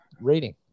rating